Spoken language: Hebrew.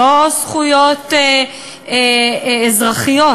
לא זכויות אזרחיות,